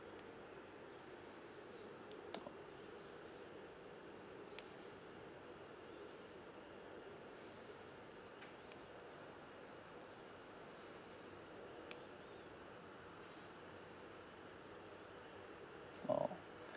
oh